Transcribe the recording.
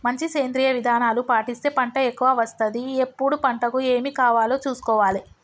మంచి సేంద్రియ విధానాలు పాటిస్తే పంట ఎక్కవ వస్తది ఎప్పుడు పంటకు ఏమి కావాలో చూసుకోవాలే